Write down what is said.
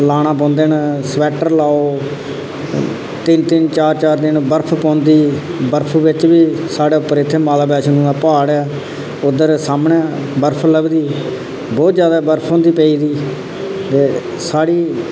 लाना पौंदे ि स्वैटर लाओ तिन तिन चार चार देन बर्फ पौंदी बर्फ बिच बी साढ़े उप्पर इत्थै माता वैश्णो दा प्हाड़ ऐ उद्धर सामनै बर्फ लभदी बहुत ज्यादा बर्फ होंदी पेई दी ते साढ़ी